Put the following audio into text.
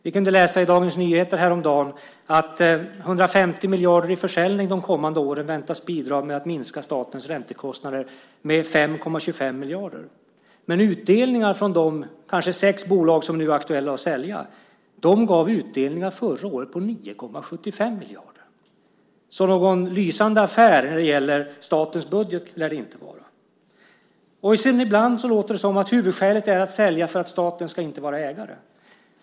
Vi kunde läsa i Dagens Nyheter häromdagen att 150 miljarder i försäljning de kommande åren väntas bidra till att minska statens räntekostnader med 5,25 miljarder. Men de kanske sex bolag som det nu är aktuellt att sälja gav förra året utdelningar på 9,75 miljarder, så det lär inte vara någon lysande affär när det gäller statens budget. Ibland låter det som om huvudskälet är att sälja för att staten inte ska vara ägare.